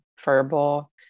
verbal